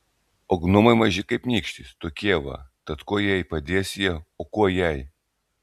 o gnomai maži kaip nykštys tokie va tad kuo jai padės jie o kuo jai